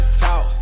talk